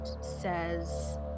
says